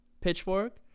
Pitchfork